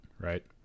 right